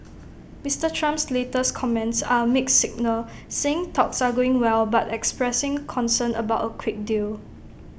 Mister Trump's latest comments are A mixed signal saying talks are going well but expressing concern about A quick deal